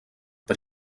but